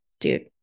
Dude